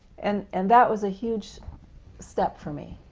and and that was a huge step for me,